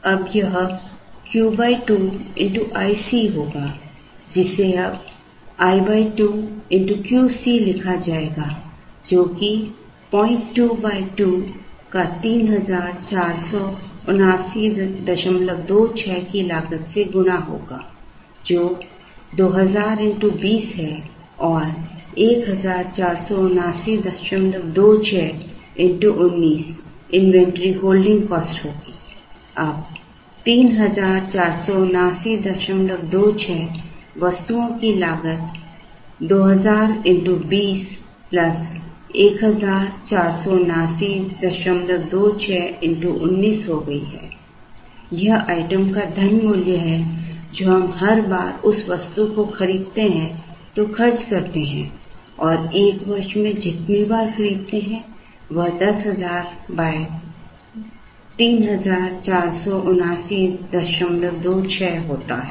अब यह Q 2 x ic होगा जिसे अब i 2 Q C लिखा जाएगा जो कि 02 2 का 347926 की लागत से गुणा होगा जो है और 147926 x 19 इन्वेंट्री होल्डिंग कॉस्ट होगी अब 347926 वस्तुओं की लागत 2000 x 20 147926 x 19 हो गई है यह आइटम का धन मूल्य है जो हम हर बार उस वस्तु को खरीदते हैं तो खर्च करते हैं और एक वर्ष में जितनी बार हम खरीदते हैं वह 10 000 347926 होता है